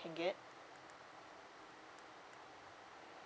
can get